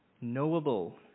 knowable